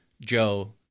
joe